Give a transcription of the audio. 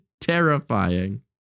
terrifying